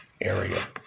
area